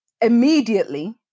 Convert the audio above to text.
immediately